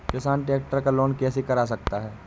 किसान ट्रैक्टर का लोन कैसे करा सकता है?